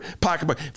pocketbook